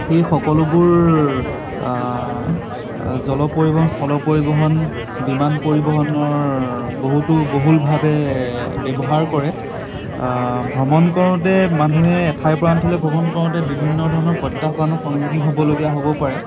এই সকলোবোৰ জল পৰিবহণ স্থল পৰিবহণ বিমান পৰিবহণৰ বহুতো বহুলভাৱে ব্যৱহাৰ কৰে ভ্ৰমণ কৰোঁতে মানুহে এঠাইৰ পৰা আনঠাইলৈ ভ্ৰমণ কৰোঁতে বিভিন্ন ধৰণৰ প্ৰত্যাহ্বানৰ সন্মুখীন হ'বলগীয়া হ'ব পাৰে